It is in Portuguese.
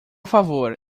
favor